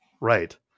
right